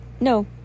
no